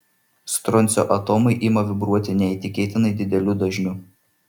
stroncio atomai ima vibruoti neįtikėtinai dideliu dažniu